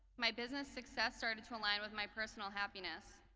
my business success started to align with my personal happiness.